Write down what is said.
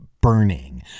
burning